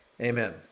Amen